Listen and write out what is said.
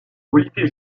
olivier